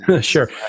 Sure